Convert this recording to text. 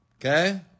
Okay